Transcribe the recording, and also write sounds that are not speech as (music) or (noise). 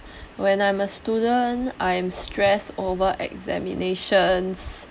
(breath) when I'm a student I'm stressed over examinations